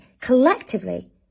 collectively